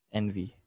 envy